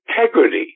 integrity